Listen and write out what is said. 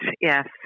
yes